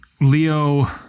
Leo